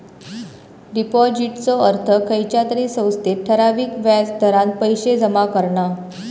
डिपाॅजिटचो अर्थ खयच्या तरी संस्थेत ठराविक व्याज दरान पैशे जमा करणा